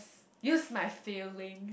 use my feeling